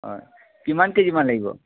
হয় কিমান কেজিমান লাগিব